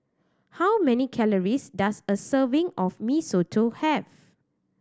how many calories does a serving of Mee Soto have